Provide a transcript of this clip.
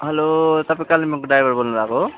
hello तपाईँ कालिम्पोङको driver बोल्नु भएको हो